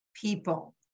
people